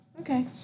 Okay